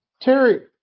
Terry